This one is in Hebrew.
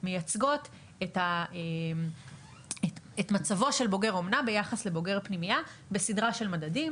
מייצגות את מצבו של בוגר אומנה ביחס לבוגר פנימייה בסדרה של מדדים.